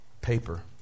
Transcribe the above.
paper